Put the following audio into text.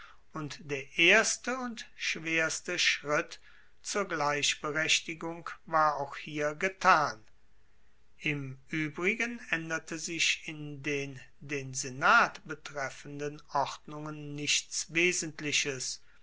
und der erste und schwerste schritt zur gleichberechtigung war auch hier getan im uebrigen aenderte sich in den den senat betreffenden ordnungen nichts wesentliches